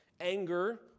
Anger